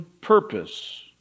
purpose